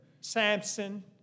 Samson